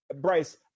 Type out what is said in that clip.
Bryce